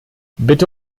bitte